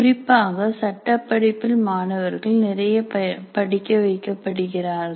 குறிப்பாக சட்டப் படிப்பில் மாணவர்கள் நிறைய படிக்க வைக்கப்படுகிறார்கள்